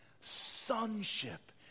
sonship